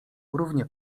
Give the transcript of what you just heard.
równie